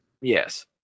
Yes